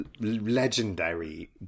legendary